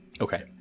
okay